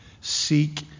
Seek